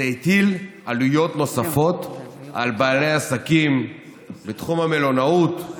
הוא הטיל עלויות נוספות על בעלי עסקים בתחום המלונאות,